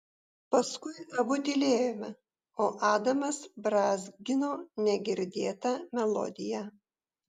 paskui abu tylėjome o adamas brązgino negirdėtą melodiją